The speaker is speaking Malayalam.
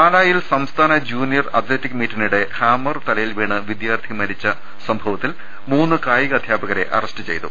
പാലായിൽ സംസ്ഥാന ജൂണിയർ അത്ലറ്റിക് മീറ്റിനിടെ ഹാമർ തലയിൽ വീണ് വിദ്യാർത്ഥി മരിച്ച സംഭവത്തിൽ മൂന്ന് കായിക അധ്യാപകരെ അറസ്റ്റു ചെയ്തു